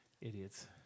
Idiots